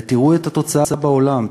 ותראו את התוצאה בעולם,